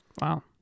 Wow